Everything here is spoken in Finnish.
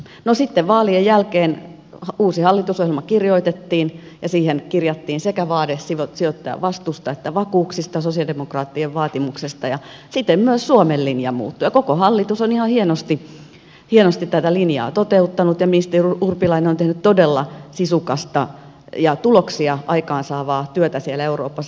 no sitten vaalien jälkeen uusi hallitusohjelma kirjoitettiin ja siihen kirjattiin sekä vaade sijoittajavastuusta että vakuuksista sosialidemokraattien vaatimuksesta ja siten myös suomen linja muuttui ja koko hallitus on ihan hienosti tätä linjaa toteuttanut ja ministeri urpilainen on tehnyt todella sisukasta ja tuloksia aikaan saavaa työtä siellä euroopassa